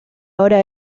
ahora